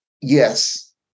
yes